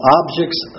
objects